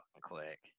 quick